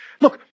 look